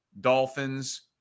Dolphins